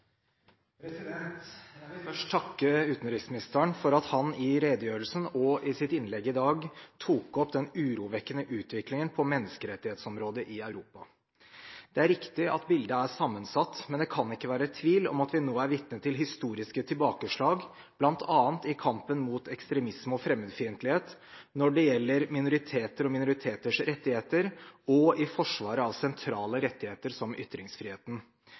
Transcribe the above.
Jeg vil først takke utenriksministeren for at han i redegjørelsen og i sitt innlegg i dag tok opp den urovekkende utviklingen på menneskerettighetsområdet i Europa. Det er riktig at bildet er sammensatt, men det kan ikke være tvil om at vi nå er vitne til historiske tilbakeslag, bl.a. i kampen mot ekstremisme og fremmedfiendtlighet, når det gjelder minoriteter og deres rettigheter, og i forsvaret av sentrale rettigheter som ytringsfriheten.